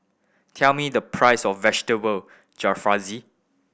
tell me the price of Vegetable Jalfrezi